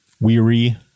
Weary